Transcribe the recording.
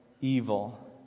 evil